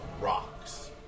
rocks